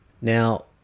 Now